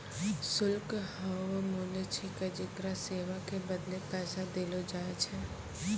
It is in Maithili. शुल्क हौअ मूल्य छिकै जेकरा सेवा के बदले पैसा देलो जाय छै